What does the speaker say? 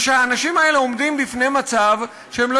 והאנשים האלה עומדים בפני מצב שהם לא